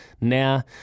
now